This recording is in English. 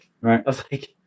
Right